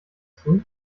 school